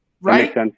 right